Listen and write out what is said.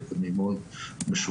כך מתנהלת עבודה מחלקה.